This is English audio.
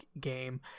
game